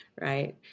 right